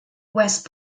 west